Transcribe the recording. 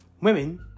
Women